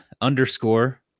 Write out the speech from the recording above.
underscore